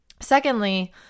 Secondly